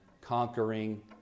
conquering